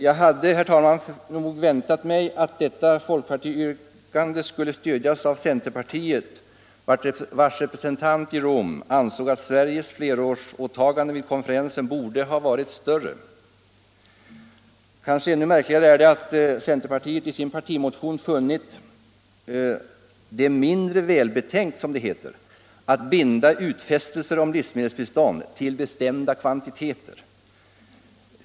Jag hade, herr talman, nog väntat mig att detta folkpartiyrkande skulle stödas av centerpartiet, vars representant vid konferensen i Rom ansåg att Sveriges flerårsåtagande borde ha varit större. Ännu märkligare är det att centerpartiet i sin partimotion funnit det, som det heter, mindre välbetänkt att binda utfästelser om livsmedelsbistånd till bestämda kvantiteter.